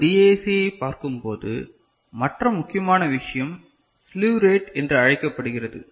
ஒரு டிஏசியைப் பார்க்கும்போது மற்ற முக்கியமான விஷயம் ஸ்லூவ் ரேட் என்று அழைக்கப்படுகிறது